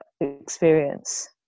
experience